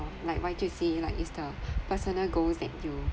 like what you say like it's the personal goals that you